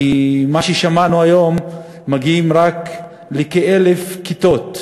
כי היום שמענו שמגיעים רק לכ-1,000 כיתות,